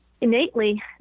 innately